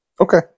Okay